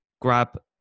grab